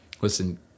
Listen